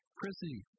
Chrissy